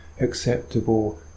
acceptable